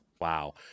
Wow